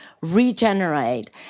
regenerate